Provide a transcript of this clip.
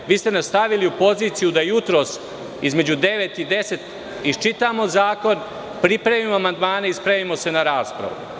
Stavili ste nas u poziciju da jutros između 9,00 i 10,00 iščitamo zakon, pripremimo amandmane i spremimo se na raspravu.